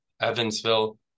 Evansville